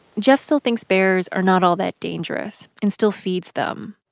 jeff still thinks bears are not all that dangerous and still feeds them.